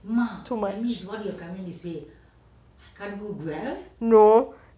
too much no